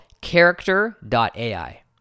character.ai